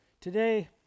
Today